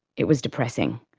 it was depressing,